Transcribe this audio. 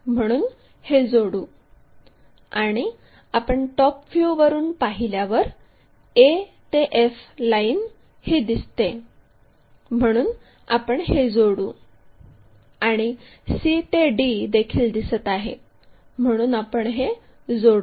म्हणून हे जोडू आणि आपण टॉप व्ह्यूवरून पाहिल्यावर a ते f लाइन ही दिसते म्हणून आपण हे जोडू आणि c ते d देखील दिसत आहे म्हणून आपण हे जोडू